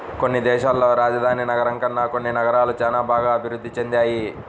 కొన్ని దేశాల్లో రాజధాని నగరం కన్నా కొన్ని నగరాలు చానా బాగా అభిరుద్ధి చెందాయి